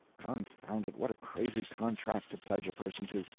confound it, what a crazy contract to pledge a person to!